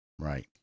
Right